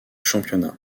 championnat